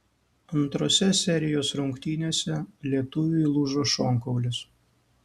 antrose serijos rungtynėse lietuviui lūžo šonkaulis